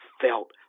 felt